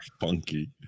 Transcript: Funky